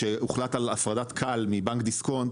כשהוחלט על הפרדת כאל מבנק דיסקונט,